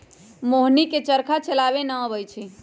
मोहिनी के चरखा चलावे न अबई छई